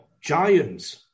giants